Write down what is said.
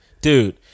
Dude